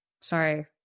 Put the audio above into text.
Sorry